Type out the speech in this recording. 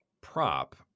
prop